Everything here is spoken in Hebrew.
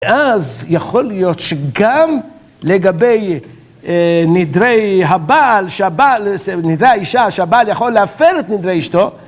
אז יכול להיות שגם לגבי נדרי הבעל, נדרי האישה, שהבעל יכול להפר את נדרי אשתו